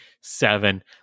Seven